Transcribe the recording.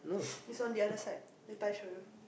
it's on the other side later I show you